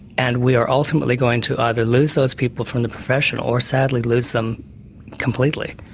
and we're ultimately going to either lose those people from the profession, or sadly lose them completely.